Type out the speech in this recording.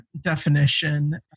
definition